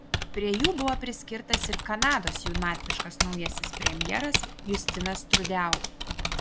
prie jų buvo priskirtas ir kanados jaunatviškas naujasis premjeras justinas trudeau